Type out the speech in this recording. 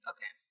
Okay